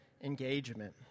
engagement